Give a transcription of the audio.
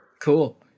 Cool